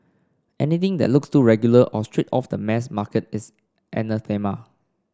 anything that looks too regular or straight off the mass market is anathema